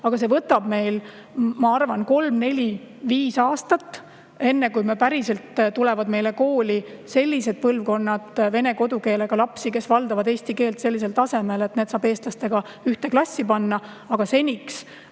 Aga see võtab, ma arvan, kolm-neli-viis aastat, enne kui kooli hakkavad tulema sellised põlvkonnad vene kodukeelega lapsi, kes valdavad eesti keelt sellisel tasemel, et nad saab eestlastega ühte klassi panna. Seniks